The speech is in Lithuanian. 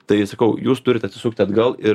tai sakau jūs turit atsisukti atgal ir